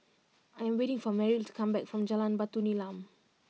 I am waiting for Meryl to come back from Jalan Batu Nilam